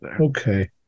Okay